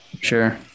Sure